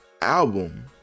album